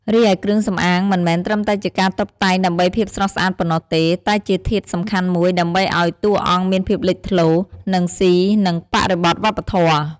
រីឯគ្រឿងសំអាង មិនមែនត្រឹមតែជាការតុបតែងដើម្បីភាពស្រស់ស្អាតប៉ុណ្ណោះទេ តែជាធាតុសំខាន់មួយ ដើម្បីឲ្យតួអង្គមានភាពលេចធ្លោ និងស៊ីនឹងបរិបទវប្បធម៌។